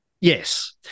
Yes